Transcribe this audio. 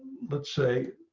let's say,